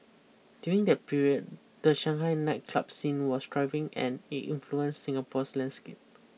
during that period the Shanghai nightclub scene was thriving and it influence Singapore's landscape